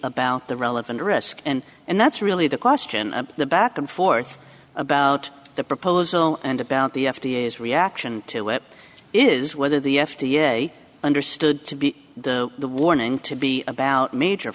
about the relevant risk and and that's really the question of the back and forth about the proposal and about the f d a his reaction to it is whether the f d a understood to be the warning to be about major